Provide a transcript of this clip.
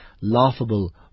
laughable